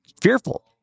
fearful